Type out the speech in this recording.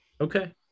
Okay